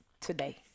today